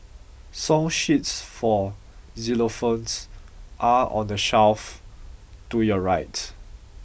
song sheets for xylophones are on the shelf to your right